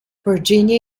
virginia